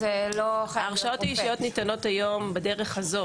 ההרשאות האישיות ניתנות היום בדרך הזו.